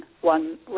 one